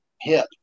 hip